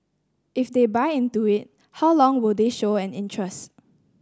if they buy into it how long will they show an interest